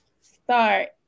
start